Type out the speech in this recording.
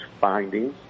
findings